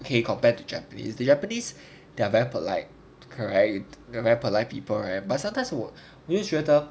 pay compared to japanese the japanese they're very polite correct they are very polite people eh but sometimes 我会觉得